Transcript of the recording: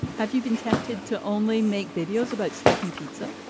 have you been tempted to only make videos about steak and pizza?